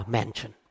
Mansion